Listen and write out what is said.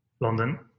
London